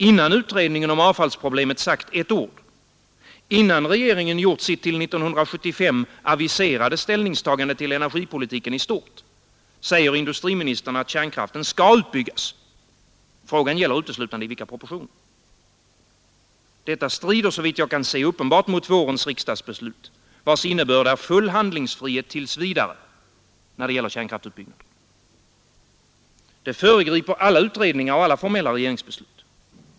Innan utredningen om avfallsproblemet sagt ett ord, innan regeringen gjort sitt till 1975 aviserade ställningstagande till energipolitiken i stort, säger industriministern att kärnkraften skall utbyggas — frågan gäller uteslutande i vilka propor Detta strider, såvitt jag kan se, uppenbart mot vårens riksdagsbeslut, vars innebörd är full handlingsfrihet tills vidare när det gäller kärnkraftsutbyggnaden. Det föregriper alla utredningar och alla formella regeringsbeslut.